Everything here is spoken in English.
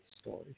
story